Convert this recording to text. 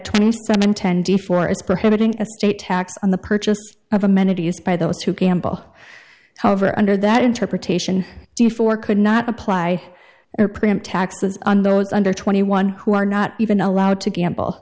twenty seven ten d four as prohibiting a state tax on the purchase of amenity used by those who gamble however under that interpretation do for could not apply or preempt taxes on those under twenty one who are not even allowed to gamble